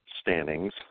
standings